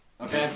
Okay